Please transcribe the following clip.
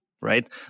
right